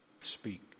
speak